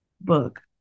book